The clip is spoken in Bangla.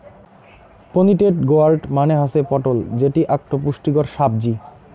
পোনিটেড গোয়ার্ড মানে হসে পটল যেটি আকটো পুষ্টিকর সাব্জি